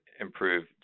improve